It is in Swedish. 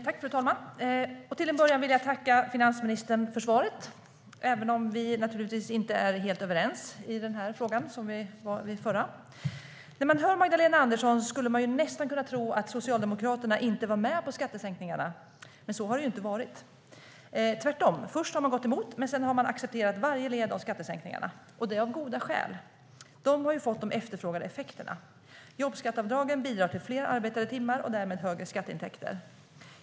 Fru talman! Till en början vill jag tacka finansministern för svaret, även om vi naturligtvis inte är helt överens i den här frågan liksom vi inte var det i den förra. När man hör Magdalena Andersson skulle man nästan kunna tro att Socialdemokraterna inte var med på skattesänkningarna, men så har det ju inte varit. Tvärtom. Först har man gått emot, men sedan har man accepterat varje led av skattesänkningarna, och det av goda skäl. Skattesänkningarna har ju fått de efterfrågade effekterna. Jobbskatteavdragen bidrar till fler arbetade timmar och därmed högre skatteintäkter.